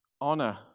honor